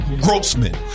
Grossman